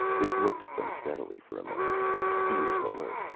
it looked at them steadily for a moment, its ears alert,